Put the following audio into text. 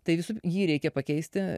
tai jį reikia pakeisti